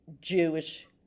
Jewish